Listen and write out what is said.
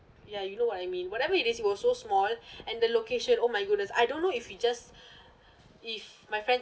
ya you know what I mean whatever it is it was so small and the location oh my goodness I don't know if it just if my friend